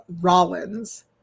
Rollins